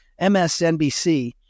MSNBC